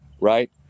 right